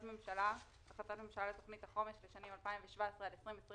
ממשלה על תוכנית החומש לשנים 2017 2021,